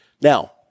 Now